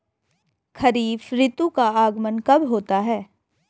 खरीफ ऋतु का आगमन कब होता है?